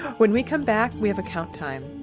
when we come back, we have account time.